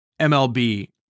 MLB